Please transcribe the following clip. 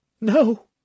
No